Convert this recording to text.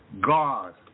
God